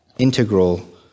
integral